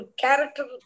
character